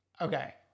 Okay